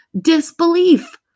disbelief